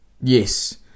Yes